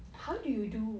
how do you do